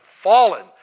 fallen